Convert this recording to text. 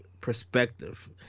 perspective